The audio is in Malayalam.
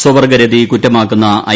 സ്വവർഗരതി കുറ്റമാക്കുന്ന ഐ